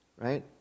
right